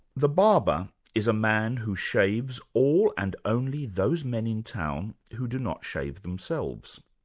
the barber is a man who shaves all and only those men in town who do not shave themselves.